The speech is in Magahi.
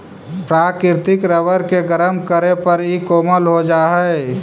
प्राकृतिक रबर के गरम करे पर इ कोमल हो जा हई